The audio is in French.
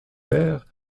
père